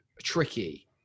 tricky